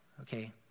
okay